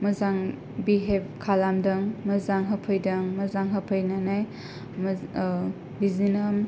मोजां बिहेभ खालामदों मोजां होफैदों मोजां होफैनानै बिदिनो